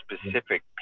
specific